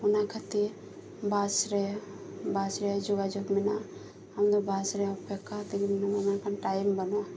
ᱚᱱᱟ ᱠᱷᱟᱹᱛᱤᱨ ᱵᱟᱥᱨᱮ ᱵᱟᱥ ᱨᱮᱭᱟᱜ ᱡᱳᱜᱟᱡᱳᱜᱽ ᱢᱮᱱᱟᱜᱼᱟ ᱚᱱᱟ ᱵᱟᱥ ᱨᱮ ᱚᱯᱮᱠᱠᱷᱟ ᱨᱮᱢ ᱫᱮᱨᱤ ᱞᱮᱱ ᱠᱷᱟᱱ ᱴᱟᱭᱤᱢ ᱵᱟᱢ ᱧᱟᱢᱟ